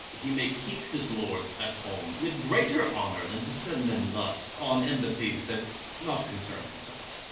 he may keep his lords at home with greater honor than to send them thus on embassies that not concern himself.